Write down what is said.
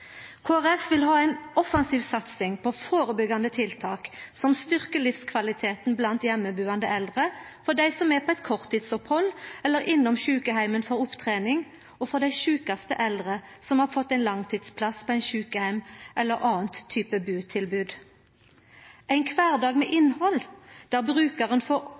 vil ha ei offensiv satsing på førebyggjande tiltak som styrkjer livskvaliteten blant heimebuande eldre, for dei som er på eit korttidsopphald eller innom sjukeheimen for opptrening, og for dei sjukaste eldre som har fått ein langtidsplass på ein sjukeheim eller eit anna butilbod. Ein kvardag med innhald, der brukaren får